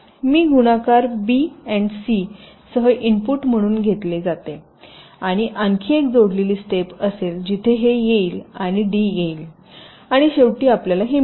हे गुणाकार बी आणि सी सह इनपुट म्हणून केले जाते आणि आणखी एक जोडलेली स्टेप असेल जिथे हे येईल आणि ड येईल आणि शेवटी आपल्याला मिळेल